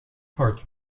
parts